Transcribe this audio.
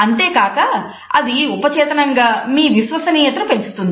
అంతేకాక అది ఉపచేతనంగా మీ విశ్వసనీయతను పెంచుతుంది